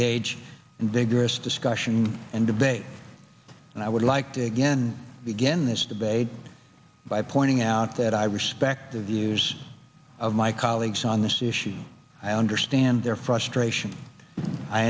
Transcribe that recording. in vigorous discussion and debate and i would like to again begin this debate by pointing out that i respect the views of my colleagues on this issue i understand their frustration i